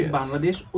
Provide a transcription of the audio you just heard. Bangladesh